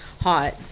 hot